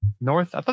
North